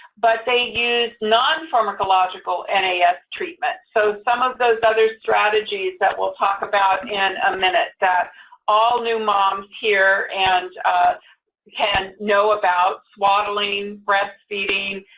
but they used non-pharmacological and nas ah treatment. so some of those other strategies that we'll talk about in a minute, that all new moms here and can know about, swaddling, breastfeeding,